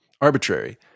arbitrary